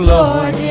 Lord